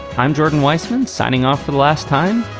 i'm jordan weissman's signing off for the last time.